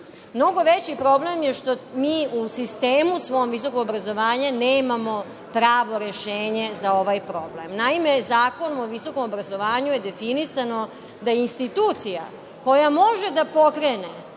veći problem je što mi u sistemu visokog obrazovanja nemamo pravno rešenje za ovaj problem. Naime, Zakon o visokom obrazovanju je definisao da institucija koja može da pokrene